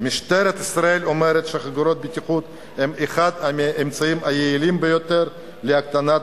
משטרת ישראל אומרת שחגורות הבטיחות הן אחד האמצעים היעילים ביותר להקטנת